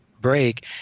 break